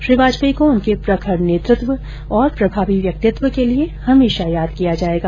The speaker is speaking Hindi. श्री वाजपेयी को उनके प्रखर नेतृत्व और प्रभावी व्यक्तित्व के लिए हमेशा याद किया जाएगा